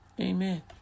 Amen